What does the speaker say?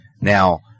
Now